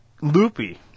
loopy